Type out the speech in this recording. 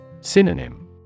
synonym